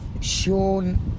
Sean